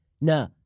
no